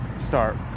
start